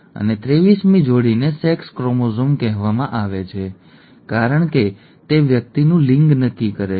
અને 23મી જોડીને સેક્સ ક્રોમોઝોમ કહેવામાં આવે છે કારણ કે તે વ્યક્તિનું લિંગ નક્કી કરે છે